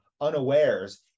unawares